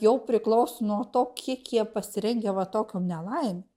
jau priklauso nuo to kiek jie pasirengę va tokiom nelaimė